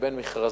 לבין מכרזים,